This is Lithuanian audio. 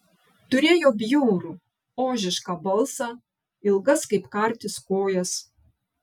turėjo bjaurų ožišką balsą ilgas kaip kartis kojas